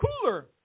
cooler